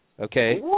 okay